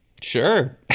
Sure